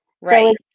Right